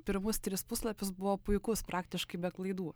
pirmus tris puslapius buvo puikus praktiškai be klaidų